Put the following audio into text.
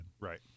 right